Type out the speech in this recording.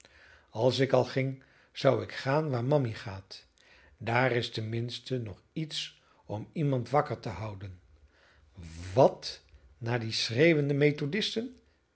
als ik al ging zou ik gaan waar mammy gaat daar is tenminste nog iets om iemand wakker te houden wat naar die schreeuwende methodisten